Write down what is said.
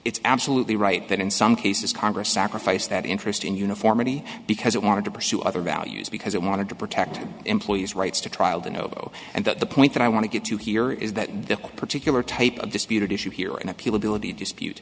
it's absolutely right that in some cases congress sacrifice that interest in uniformity because it wanted to pursue other values because it wanted to protect employees rights to trial the no and that the point that i want to get to here is that this particular type of disputed issue here an appeal ability dispute